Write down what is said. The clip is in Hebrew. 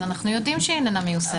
אנחנו יודעים שהיא איננה מיושמת.